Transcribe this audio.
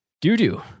doo-doo